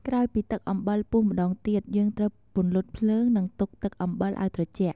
ក្រោយពីទឹកអំបិលពុះម្ដងទៀត យើងត្រូវពន្លត់ភ្លើង និងទុកទឹកអំបិលឱ្យត្រជាក់។